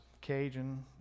cajun